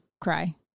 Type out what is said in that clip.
cry